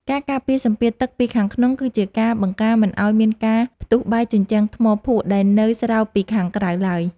ការការពារសម្ពាធទឹកពីខាងក្នុងគឺជាការបង្ការមិនឱ្យមានការផ្ទុះបែកជញ្ជាំងថ្មភក់ដែលនៅស្រោបពីខាងក្រៅឡើយ។